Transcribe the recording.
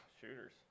shooters